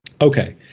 Okay